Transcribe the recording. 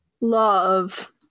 love